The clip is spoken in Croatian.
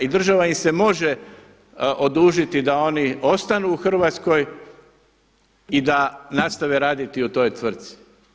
I država im se može odužiti da oni ostanu u Hrvatskoj i da nastave raditi u toj tvrtki.